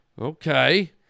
Okay